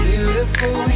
Beautiful